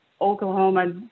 Oklahoma